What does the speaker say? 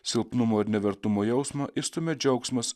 silpnumo ir nevertumo jausmą išstumia džiaugsmas